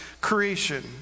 creation